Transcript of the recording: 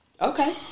Okay